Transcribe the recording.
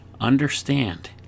understand